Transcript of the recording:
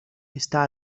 està